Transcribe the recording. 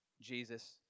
Jesus